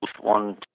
one